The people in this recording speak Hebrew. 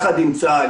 ביחד עם צה"ל,